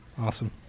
Awesome